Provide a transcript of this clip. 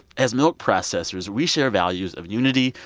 as milk processors, we share values of unity,